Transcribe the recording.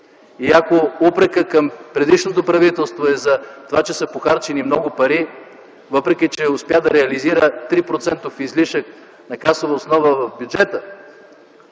Ако упрекът към предишното правителство е за това, че са похарчени много пари, въпреки че успя да реализира 3-процентов излишък на касова основа в бюджета,